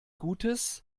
gutes